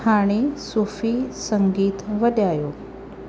हाणे सुफ़ी संगीत वॼायो